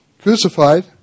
crucified